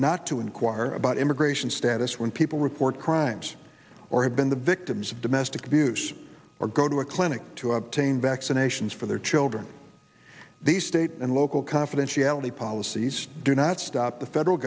not to inquire about immigration status when people report crimes or have been the victims of domestic abuse or go to a clinic to obtain vaccinations for their children the state and local confidentiality policies do not stop the federal